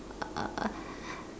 uh